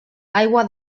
aigua